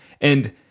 And-